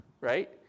right